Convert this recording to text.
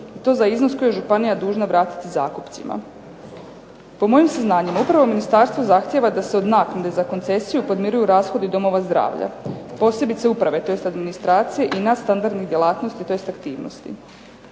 to za iznos koji je županija dužna vratiti zakupcima. Po mojim saznanjima upravo ministarstvo zahtjeva da se od naknade za koncesiju podmiruju rashodi domova zdravlja. Posebice uprave, tj. administracije, i nad standardnih djelatnosti tj. aktivnosti.